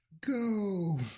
Go